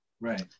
Right